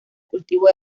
cultivo